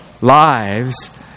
lives